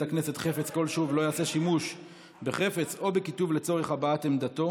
הכנסת חפץ כלשהו ולא יעשה שימוש בחפץ או בכיתוב לצורך הבעת עמדתו.